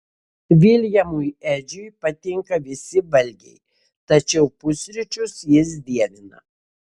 viljamui edžiui patinka visi valgiai tačiau pusryčius jis dievina